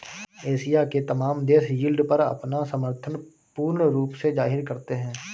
Asia के तमाम देश यील्ड पर अपना समर्थन पूर्ण रूप से जाहिर करते हैं